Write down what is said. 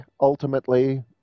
ultimately